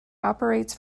operates